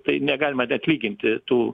tai negalima net lyginti tų